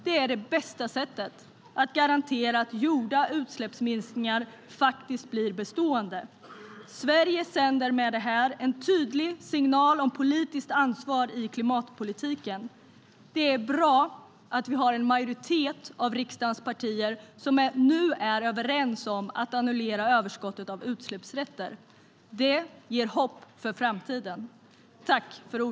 Det är det bästa sättet att garantera att gjorda utsläppsminskningar faktiskt blir bestående.(forts.